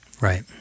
right